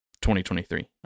2023